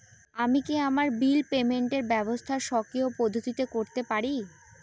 আমি কি আমার বিল পেমেন্টের ব্যবস্থা স্বকীয় পদ্ধতিতে করতে পারি?